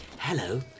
hello